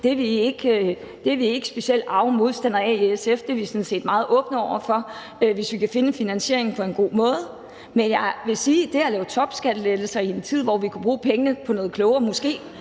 Det er vi ikke specielt arge modstandere af i SF; det er vi sådan set meget åbne over for, hvis vi kan finde en finansiering på en god måde. Men i forhold til det at lave topskattelettelser i en tid, hvor vi kunne bruge pengene på noget klogere, måske